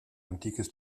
antikes